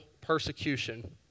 persecution